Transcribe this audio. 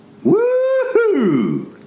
Woohoo